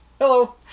Hello